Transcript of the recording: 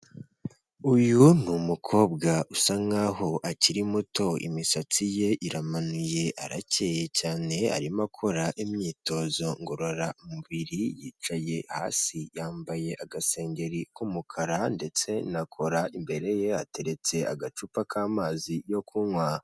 Uyu ni umukobwa usa nk'aho akiri muto imisatsi ye iramanuye, arakeye cyane, arimo akora imyitozo ngororamubiri, yicaye hasi, yambaye agasengeri k'umukara ndetse na kora, imbere ye hateretse agacupa k'amazi yo kunywa.